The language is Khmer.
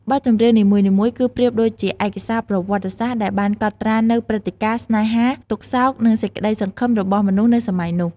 បទចម្រៀងនីមួយៗគឺប្រៀបដូចជាឯកសារប្រវត្តិសាស្ត្រដែលបានកត់ត្រានូវព្រឹត្តិការណ៍ ស្នេហា ទុក្ខសោក និងសេចក្ដីសង្ឃឹមរបស់មនុស្សនៅសម័យនោះ ។